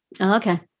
okay